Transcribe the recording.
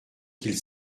qu’il